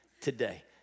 Today